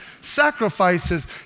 sacrifices